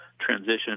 transition